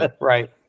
Right